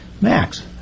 Max